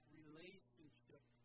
relationship